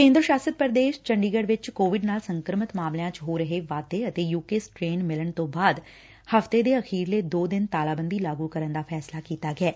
ਕੇਦਰ ਸ਼ਾਸਤ ਪ੍ਰਦੇਸ਼ ਚੰਡੀਗੜ ਚ ਕੋਵਿਡ ਨਾਲ ਸੰਕਰਮਿਤ ਮਾਮਲਿਆਂ ਚ ਹੋ ਰਹੇ ਵਾਧੇ ਅਤੇ ਯੁ ਕੇ ਸਟਰੇਨ ਮਿਲਣ ਤੋ ਬਾਅਦ ਹਫ਼ਤੇ ਦੇ ਅਖਰੀਲੇ ਦੋ ਦਿਨ ਤਾਲਾਬੰਦੀ ਲਾਗੁ ਕਰਨ ਦਾ ਫੈਸਲਾ ਕੀਤਾ ਗਿਐ